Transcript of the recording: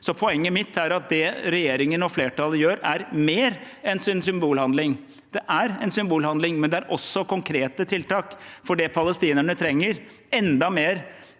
Poenget mitt er at det regjeringen og flertallet gjør, er mer enn en symbolhandling. Det er en symbolhandling, men det er også konkrete tiltak, for det palestinerne trenger enda mer